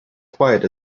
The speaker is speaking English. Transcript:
quiet